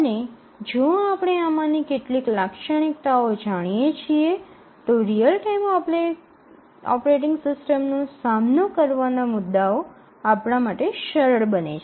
અને જો આપણે આમાંની કેટલીક લાક્ષણિકતાઓ જાણીએ છીએ તો રીઅલ ટાઇમ ઓપરેટિંગ સિસ્ટમનો સામનો કરવાના મુદ્દાઓ આપણા માટે સરળ બને છે